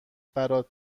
برات